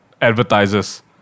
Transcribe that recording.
advertisers